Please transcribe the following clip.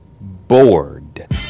bored